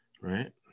right